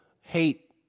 hate